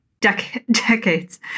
Decades